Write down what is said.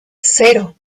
cero